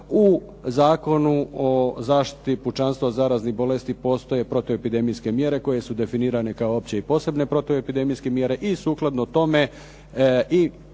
u Zakonu o zaštiti pučanstva od zaraznih bolesti postoje protuepidemijske mjere koje su definirane kao opće i posebne protuepidemijske mjere i sukladno tome i